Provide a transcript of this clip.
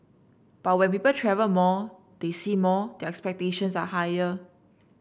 but when people travel more they see more their expectations are higher